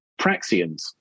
Praxians